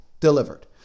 delivered